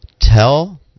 Tell